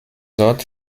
dort